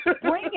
Bring